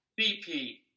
BP